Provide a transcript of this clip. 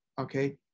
okay